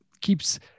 keeps